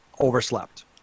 Overslept